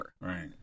right